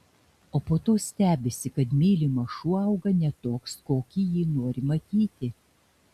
o po to stebisi kad mylimas šuo auga ne toks kokį jį nori matyti